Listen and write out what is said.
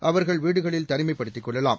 அவர்கள் வீடுகளில் தனிமைப்படுத்திக் கொள்ளலாம்